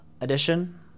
edition